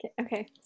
okay